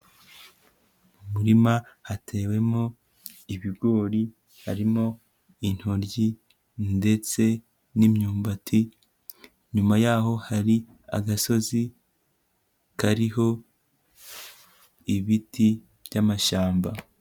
Mu murima hatewemo ibigori, harimo intoryi ndetse n'imyumbati, inyuma yaho hari agasozi kariho ibiti by'amashyamba.